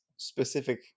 specific